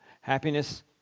Happiness